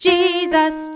Jesus